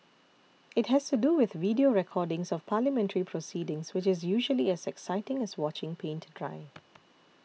it has to do with video recordings of parliamentary proceedings which is usually as exciting as watching paint dry